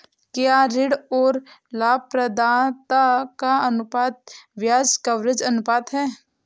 क्या ऋण और लाभप्रदाता का अनुपात ब्याज कवरेज अनुपात है?